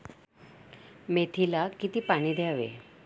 मेथीला किती पाणी द्यावे?